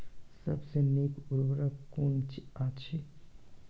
सबसे नीक उर्वरक कून अछि?